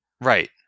Right